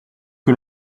que